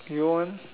you want